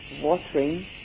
watering